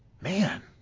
man